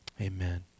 Amen